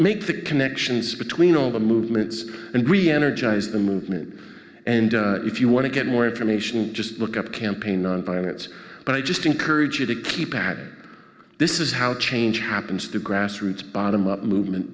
the connections between all the movements and reenergize the movement and if you want to get more information just look up campaign on violence but i just encourage you to keep bad this is how change happens the grassroots bottom up movement